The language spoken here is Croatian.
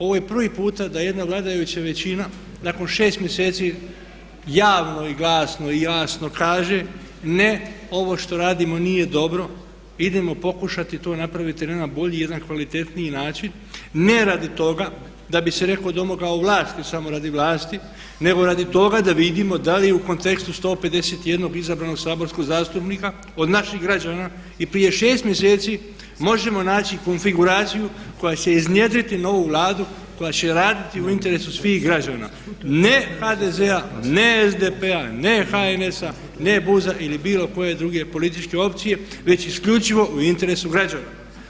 Ovo je prvi puta da jedna vladajuća većina nakon 6 mjeseci javno i glasno i jasno kaže ne, ovo što radimo nije dobro idemo pokušati to napraviti na jedan bolji i na jedan kvalitetniji način, ne radi toga da bi se netko domogao vlasti samo radi vlasti nego radi toga da li vidimo da li u kontekstu 151 izabranog saborskog zastupnika od naših građana i prije 6 mjeseci možemo naći konfiguraciju koja će iznjedriti novu Vladu koja će raditi u interesu svih građana, ne HDZ-a, ne SDP-a, ne HNS-a, ne BUZ-a ili bilo koje druge političke opcije već isključivo u interesu građana.